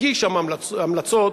הגישה המלצות,